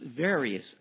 various